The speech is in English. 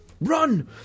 Run